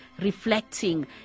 reflecting